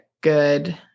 good